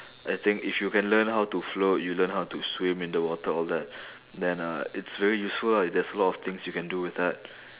I think if you can learn how to float you learn how to swim in the water all that then uh it's very useful lah there's a lot of things you can do with that